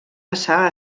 passà